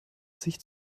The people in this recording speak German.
sich